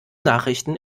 nachrichten